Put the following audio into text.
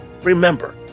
Remember